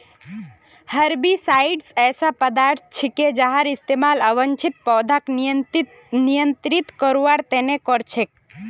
herbicides ऐसा पदार्थ छिके जहार इस्तमाल अवांछित पौधाक नियंत्रित करवार त न कर छेक